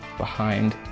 behind,